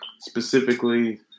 Specifically